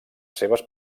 seves